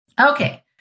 Okay